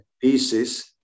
pieces